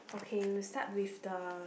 okay we'll start with the